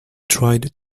tried